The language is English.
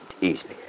easily